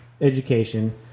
education